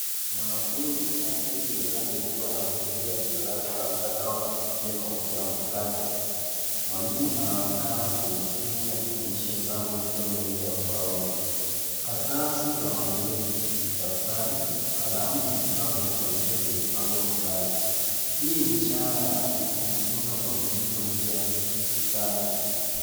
Mwanafunzi anaketi mezani akiwa anahudhuria darasa la mtandaoni kupitia kompyuta mpakato. Mwalimu anaonekana kwenye skrini akifundisha hesabu akiwa mbele ya ubaoni. Karatasi za mazoezi, daftari, kalamu na vifaa vya kuandikia vimepangwa mezani. Hii ni ishara ya kujifunza kwa bidii kwa njia ya kidijitali.